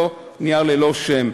לא נייר ללא שם.